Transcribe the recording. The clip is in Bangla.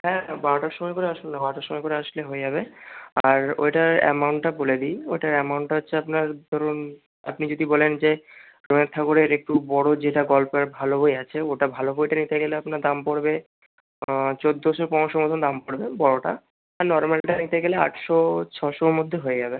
হ্যাঁ বারোটার সময় করে আসুন না বারোটার সময় করে আসলে হয়ে যাবে আর ওইটার অ্যামাউন্টটা বলে দিই ওটার অ্যামাউন্টটা হচ্ছে আপনার ধরুন আপনি যদি বলেন যে রবীন্দ্রনাথ ঠাকুরের একটু বড়ো যেটা গল্পের ভালো বই আছে ওটা ভালো বইটা নিতে গেলে আপনার দাম পড়বে চোদ্দোশো পনেরোশোর মতো দাম পড়বে বড়োটা আর নর্মালটা নিতে গেলে আটশো ছশোর মধ্যে হয়ে যাবে